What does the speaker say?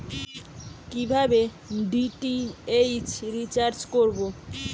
কিভাবে DTH recharge করব?